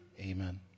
amen